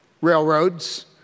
railroads